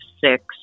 six